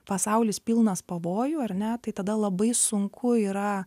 pasaulis pilnas pavojų ar ne tai tada labai sunku yra